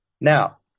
Now